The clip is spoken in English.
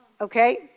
Okay